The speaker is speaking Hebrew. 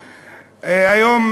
היום,